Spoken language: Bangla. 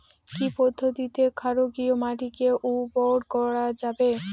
কি পদ্ধতিতে ক্ষারকীয় মাটিকে উর্বর করা যাবে?